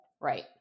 Right